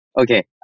Okay